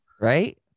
Right